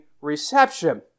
reception